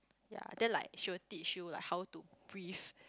ya then like she will teach you like how to breathe